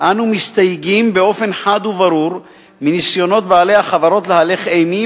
"אנו מסתייגים באופן חד וברור מניסיונות בעלי החברות להלך אימים